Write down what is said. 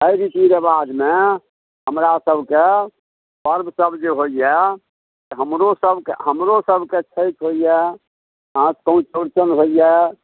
एहि रीति रेवाजमे हमरासबके पर्वसब जे होइए हमरोसबके हमरोसबके छठि होइए तहन चौरचन होइए